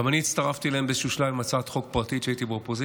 גם אני הצטרפתי אליהן באיזשהו שלב עם הצעת חוק כשהייתי באופוזיציה,